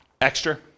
Extra